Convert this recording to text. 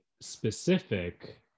specific